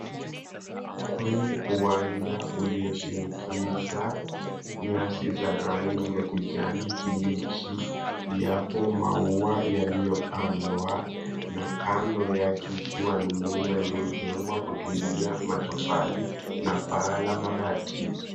Kwenye uwanja ulioshinikiza nyasi za rangi ya kijani kibichi yapo maua yaliyopandwa na kando yako ikiwa ni nyumba iliyojengwa kutumia matofali na paa la mabati.